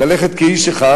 ללכת כאיש אחד.